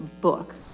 book